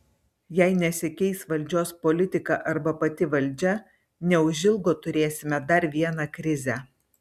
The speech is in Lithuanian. jei nesikeis valdžios politika arba pati valdžia neužilgo turėsime dar vieną krizę